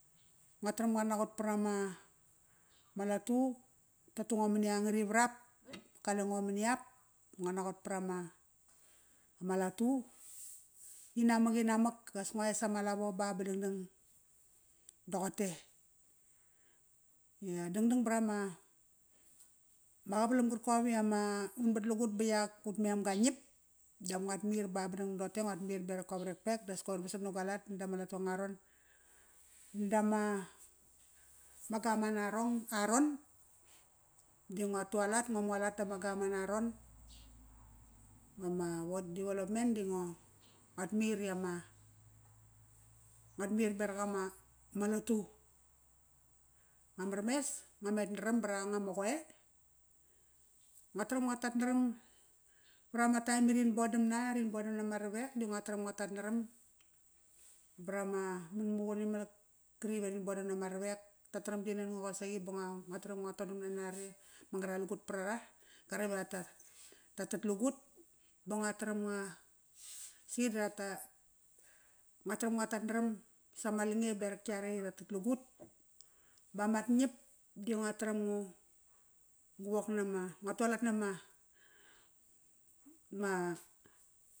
Ngua taram nguat naqot vat ama latu. Ratungo mani angat ivarap. Qalengo mani ap. Nguat naqot vat ama latu, inamak, inamak as ngoes ama lavo ba ba dangdang toqote. Dangdang vat ama qavalam qarkom i ama, un mat lugut ba iak ut mem qangiap dap nguat mir ba ba roqotw nguat mir berak gu varekpek das koir vasat na gua lat na dama latu anga raron. Dama gaman a a ron, di ngua tualat ngua mualat dama gaman aron. Ama ward development di nguat mir i ama, nguat mir berak ama, ama latu. Mamar mes, ngua met naram vat anga ma qoe. Ngua taram ngua tat naram varama taem i rin bodamna, rin bodam nama ravek di ngua taram ngua tat naram varama manmaqun imalak qari ive rin bodam nama ravek ra taram ri nango qosaqi ba ngua taram ngu todama na are ma ngara lugut vat ara qarare iva ra tat lugut. Ba ngua taram ngua, si ngua taram ngua tat naram sama lange berak iare i ratat lugut. Ba mat ngiap di ngua taram ngu wok nama, ngua tualat nama